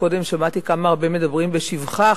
שקודם שמעתי כמה הרבה מדברים בשבחה,